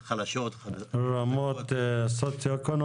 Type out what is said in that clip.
חלשות, חזקות --- בכל הרמות הסוציואקונומיות.